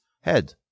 head